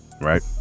right